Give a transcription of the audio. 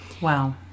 Wow